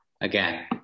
again